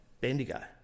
Bendigo